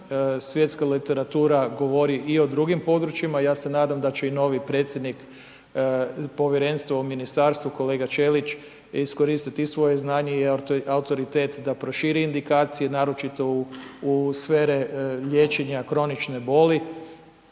svjetska literatura govori i o drugim područjima, ja se nadam da će i novi predsjednik Povjerenstva u Ministarstvu, kolega Čelić, iskoristiti i svoje znanje i autoritet da proširi indikacije, naročito u sfere liječenja kronične boli,